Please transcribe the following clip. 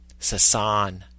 Sasan